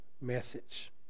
message